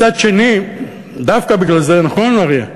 מצד שני, דווקא בגלל זה, נכון, אריה?